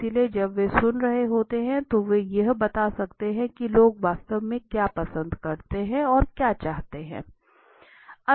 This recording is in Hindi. इसलिए जब वे सुन रहे होते हैं तो वे यह बता सकते थे कि लोग वास्तव में क्या पसंद करते हैं और क्या चाहते हैं